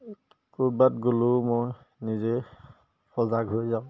ক'ৰবাত গ'লেও মই নিজে সজাগ হৈ যাওঁ